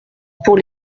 pour